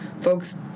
folks